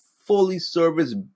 fully-serviced